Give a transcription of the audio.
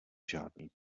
žádný